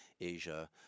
Asia